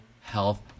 Health